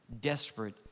desperate